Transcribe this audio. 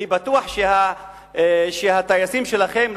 אני בטוח שהטייסים שלכם,